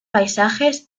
paisajes